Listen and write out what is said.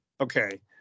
Okay